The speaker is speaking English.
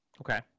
Okay